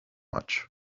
much